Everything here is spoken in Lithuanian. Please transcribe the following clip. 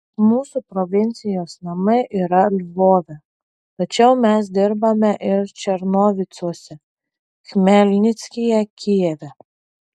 mūsų provincijos namai yra lvove tačiau mes dirbame ir černovicuose chmelnickyje kijeve